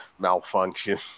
Malfunction